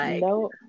no